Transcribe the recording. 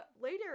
later